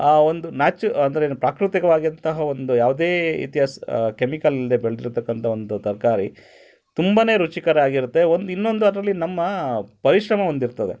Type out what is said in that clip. ಆ ಒಂದು ನಾಚ್ ಅಂದರೆ ಪ್ರಾಕೃತಿಕವಾಗಿ ಅಂತಹ ಒಂದು ಯಾವ್ದೇ ಇತಿಹಾಸ ಕೆಮಿಕಲ್ ಇಲ್ದೇ ಬೆಳೆದಿರ್ತಕ್ಕಂಥ ಒಂದು ತರಕಾರಿ ತುಂಬಾ ರುಚಿಕರ ಆಗಿರುತ್ತೆ ಒಂದು ಇನ್ನೊಂದು ಅದರಲ್ಲಿ ನಮ್ಮ ಪರಿಶ್ರಮ ಒಂದು ಇರುತ್ತದೆ